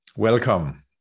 Welcome